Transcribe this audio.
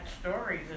stories